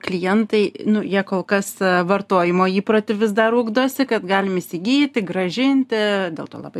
klientai nu jie kol kas vartojimo įprotį vis dar ugdosi kad galim įsigyti grąžinti dėl to labai